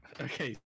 okay